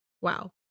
wow